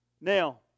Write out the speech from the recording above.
Now